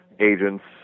agents